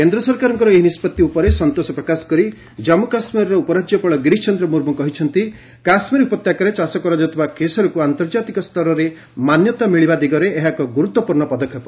କେନ୍ଦ୍ର ସରକାରଙ୍କ ଏହି ନିଷ୍ପଭି ଉପରେ ସନ୍ତୋଷ ପ୍ରକାଶ କରି ଜନ୍ମୁ କାଶ୍ମୀର ଉପରାଜ୍ୟପାଳ ଗିରୀଶ ଚନ୍ଦ୍ର ମୁର୍ମୁ କହିଛନ୍ତି କାଶ୍ମୀର ଉପତ୍ୟକାରେ ଚାଷ କରାଯାଉଥିବା କେଶରକୁ ଆନ୍ତର୍ଜାତିକ ସ୍ତରରେ ମାନ୍ୟତା ମିଳିବା ଦିଗରେ ଏହା ଏକ ଗୁରୁତ୍ୱପୂର୍ଣ୍ଣ ପଦକ୍ଷେପ